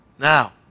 Now